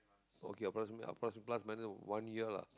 okay plus plus minus of one year lah